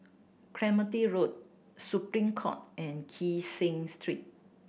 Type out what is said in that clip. Clementi Road Supreme Court and Kee Seng Street